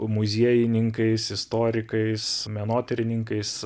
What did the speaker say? muziejininkais istorikais menotyrininkais